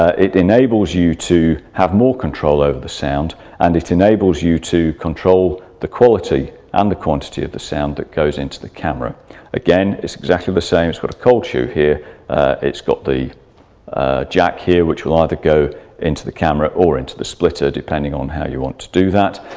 ah it enables you to have more control over the sound and it enables you to control the quality and the quantity of the sound that goes into the camera again is exactly the same it but a cold shoe here it's got the jack here which either go into the camera or into the splitter depending on how you want to do that